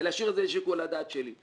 ולהשאיר את זה לשיקול הדעת שלי.